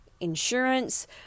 insurance